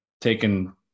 taken